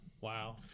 Wow